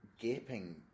gaping